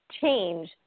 change